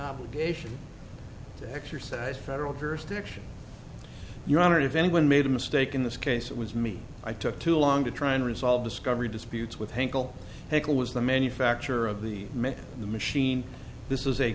obligation to exercise federal jurisdiction your honor if anyone made a mistake in this case it was me i took too long to try and resolve discovery disputes with hankel pickle was the manufacturer of the men in the machine this is a